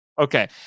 Okay